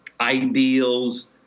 ideals